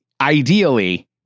ideally